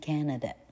Canada